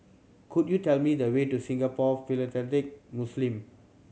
could you tell me the way to Singapore Philatelic Muslim